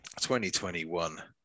2021